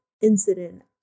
incident